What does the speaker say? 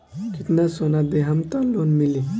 कितना सोना देहम त लोन मिली?